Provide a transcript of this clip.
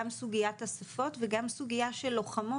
גם סוגיית השפות וגם סוגיה של לוחמות